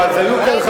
אז של מי האחריות?